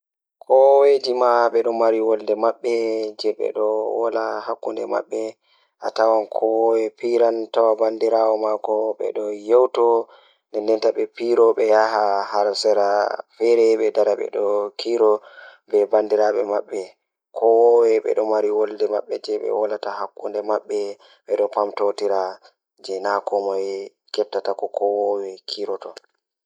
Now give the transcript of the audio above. Ah ndikka ɓe tokka jangugo mathmatics Ko sabu ngoodi e ɗum, yimɓe foti waawi sosde ɗum, e tawti laawol e nder caɗeele. Mathematics nafa koo fiyaama e nder keewɗi, kadi ko ɗum hokkata noyiɗɗo e tareeji woppitaaki. Kono, waɗde mathematics no waawi njama ko moƴƴi faami, heɓugol firtiiɗo ngal hayɓe.